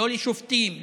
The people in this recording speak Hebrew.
לא לשופטים,